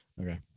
okay